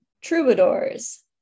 troubadours